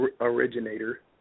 originator